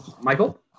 Michael